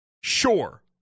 Sure